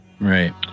right